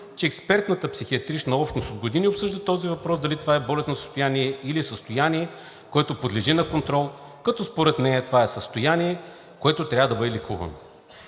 че експертната психиатрична общност от години обсъжда този въпрос дали това е болестно състояние, или състояние, което подлежи на контрол, като според нея това е състояние, което трябва да бъде лекувано.